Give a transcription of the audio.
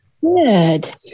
Good